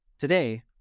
Today